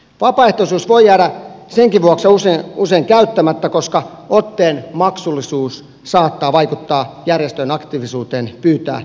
vapaaehtoisuus voi jäädä senkin vuoksi usein käyttämättä koska otteen maksullisuus saattaa vaikuttaa järjestöjen aktiivisuuteen pyytää rikosrekisteriotteita